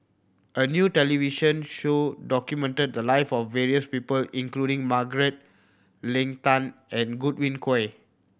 a new television show documented the live of various people including Margaret Leng Tan and Godwin Koay